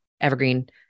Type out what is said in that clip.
evergreen